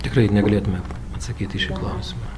tikrai negalėtume atsakyt į šį klausimą